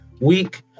week